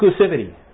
Exclusivity